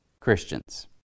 Christians